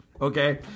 okay